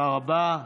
תודה רבה.